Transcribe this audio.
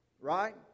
Right